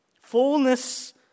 Fullness